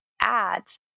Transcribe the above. ads